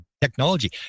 technology